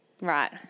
Right